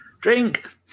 Drink